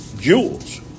jewels